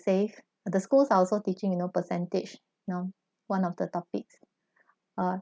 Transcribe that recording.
save the schools are also teaching you know percentage now one of the topics uh